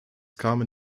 kamen